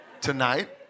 tonight